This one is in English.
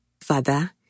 Father